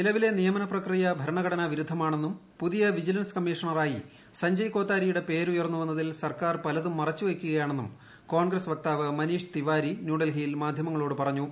നിലവിലെ നിയമന പ്രക്രിയ ഭരണഘടനാ വിരുദ്ധമാണെന്നും പുതിയ വിജിലൻസ് കമ്മീഷണറായി സഞ്ജയ് കോത്താരിയുടെ പേര് ഉയർന്നുവന്നതിൽ സർക്കാർ പലതും മറച്ചുവയ്ക്കുകയാണെന്നും കോൺഗ്രസ് വക്താവ് മനീഷ് തിവാരി ന്യൂഡൽഹിയിൽ മാധ്യമങ്ങളോട് പറഞ്ഞു